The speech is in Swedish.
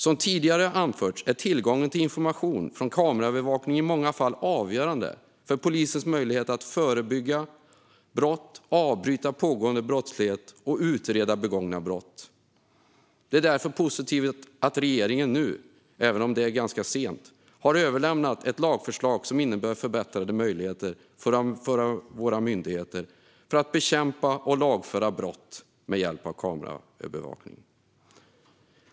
Som tidigare anförts är tillgången till information från kameraövervakning i många fall avgörande för polisens möjlighet att förebygga brott, avbryta pågående brottslighet och utreda begångna brott. Det är därför positivt att regeringen nu, även om det är ganska sent, har överlämnat ett lagförslag som innebär förbättrade möjligheter för våra myndigheter att bekämpa och lagföra brott med hjälp av kameraövervakning.